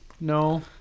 No